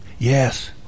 Yes